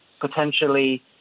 potentially